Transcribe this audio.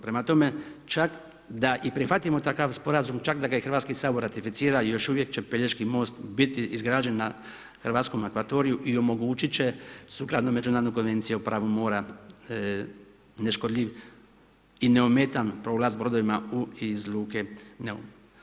Prema tome, čak i da prihvatimo takav sporazum, čak da ga i Hrvatski sabor ratificira, još uvijek će Pelješki most biti izgrađen na hrvatskom akvariju i omogući će sukladno međunarodna koncesija o pravu mora neškodljiv i neometan prolaz brodovima u i iz luke Neum.